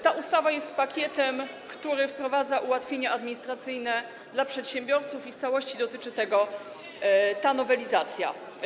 Ta ustawa jest pakietem, który wprowadza ułatwienia administracyjne dla przedsiębiorców i w całości tego dotyczy ta nowelizacja.